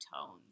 tones